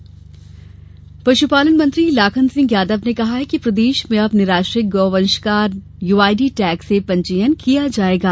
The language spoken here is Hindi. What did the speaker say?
लाखन सिंह पशुपालन मंत्री लाखन सिंह यादव ने कहा कि प्रदेश में अब निराश्रित गौवंश का यूआईडी टैग से पंजीयन किया जा रहा है